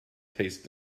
tastes